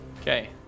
Okay